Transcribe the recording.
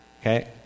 okay